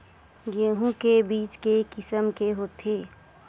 गेहूं के बीज के किसम के होथे?